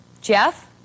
Jeff